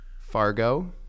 fargo